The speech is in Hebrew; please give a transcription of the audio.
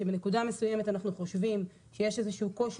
שבנקודה מסוימת אנחנו חושבים שיש איזשהו קושי